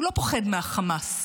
הוא לא פוחד מהחמאס,